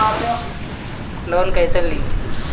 Loan कईसे ली?